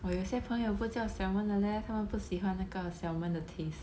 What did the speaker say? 我有些朋友不叫 salmon 的 leh 他们不喜欢那个 salmon 的 taste